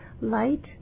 light